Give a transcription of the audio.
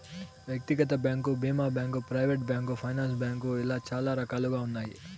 వ్యక్తిగత బ్యాంకు భీమా bank, private bank, finance bank ఇలా చాలా రకాలుగా ఉన్నాయి